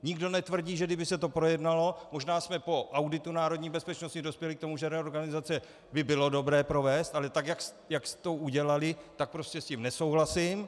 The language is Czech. Nikdo netvrdí, že kdyby se to projednalo, možná jsme po auditu národní bezpečnosti dospěli k tomu, že reorganizaci by bylo dobré provést, ale tak jak jste to udělali, tak prostě s tím nesouhlasím.